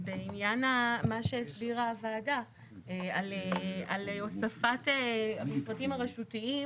בעניין מה שהסבירה הוועדה על הוספת המפרטים הרשותיים.